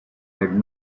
had